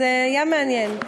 אז היה מעניין.